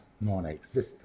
non-existent